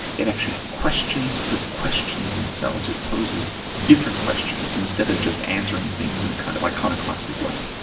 it actually questions the questions themselves. it poses different questions instead of just answering things in a kind of iconoclastic way.